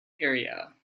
area